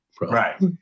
Right